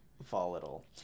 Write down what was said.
Volatile